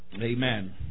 Amen